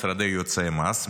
משרדי יועצי מס,